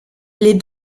les